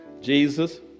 Jesus